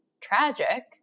tragic